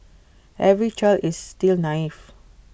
every child is still naive